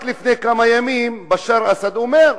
רק לפני כמה ימים, בשאר אסד אומר: